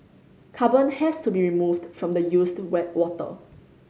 carbon has to be removed from the used water